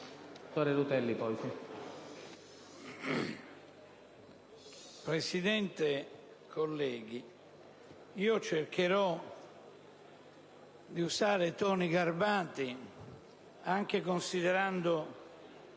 Presidente, colleghi, cercherò di usare toni garbati anche considerando